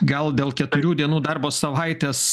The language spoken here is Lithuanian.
gal dėl keturių dienų darbo savaitės